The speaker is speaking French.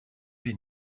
est